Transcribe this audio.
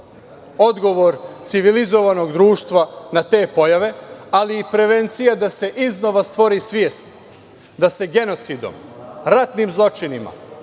odgovor civilizovanog društva na te pojave, ali i prevencija da se iznova stvori svest, da se genocidom, ratnim zločinima,